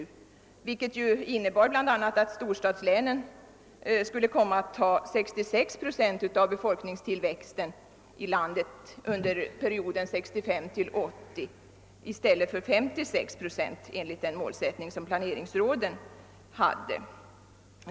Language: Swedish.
Detta innebar bl.a. att storstadslänen skulle komma att ta 66 procent av befolikningstillväxten i landet under perioden 1965—1980 i stället för 56 procent enligt den målsättning som planeringsråden hade.